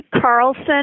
Carlson